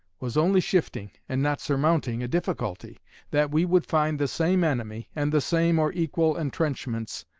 was only shifting, and not surmounting, a difficulty that we would find the same enemy, and the same or equal intrenchments,